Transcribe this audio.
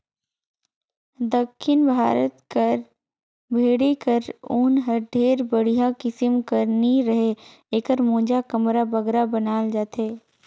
दक्खिन भारत कर भेंड़ी कर ऊन हर ढेर बड़िहा किसिम कर नी रहें एकर मोजा, कमरा बगरा बनाल जाथे